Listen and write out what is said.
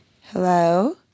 Hello